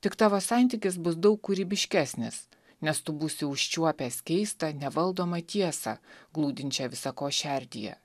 tik tavo santykis bus daug kūrybiškesnis nes tu būsi užčiuopęs keistą nevaldomą tiesą glūdinčią visa ko šerdyje